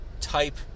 type